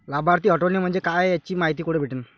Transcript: लाभार्थी हटोने म्हंजे काय याची मायती कुठी भेटन?